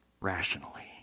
rationally